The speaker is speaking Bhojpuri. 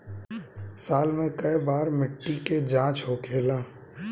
साल मे केए बार मिट्टी के जाँच होखेला?